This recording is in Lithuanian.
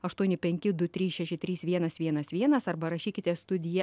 aštuoni penki du trys šeši trys vienas vienas vienas arba rašykite studija